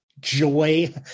joy